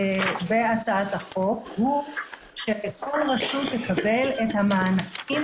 בהצעת החוק הוא שכל רשות תקבל את המענקים